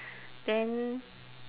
then